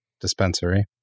Dispensary